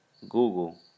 Google